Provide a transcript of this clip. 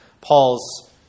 Paul's